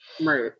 Right